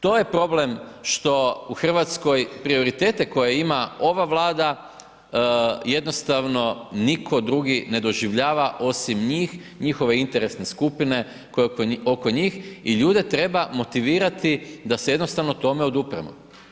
To je problem što u Hrvatskoj, prioritete koje ima ova vlada, jednostavno nitko drugi ne doživljava osim njih, njihove interesne skupine, koji oko njih i ljude treba motivirati da se jednostavno tome odupremo.